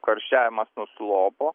karščiavimas nuslopo